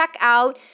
checkout